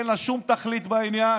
אין לה שום תכלית בעניין,